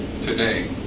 today